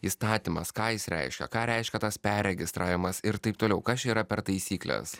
įstatymas ką jis reiškia ką reiškia tas perregistravimas ir taip toliau kas yra per taisyklės